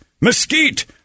mesquite